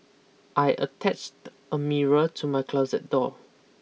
I attached a mirror to my closet door